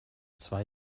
zwei